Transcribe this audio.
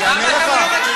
אני אענה לך.